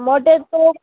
मोटे तोप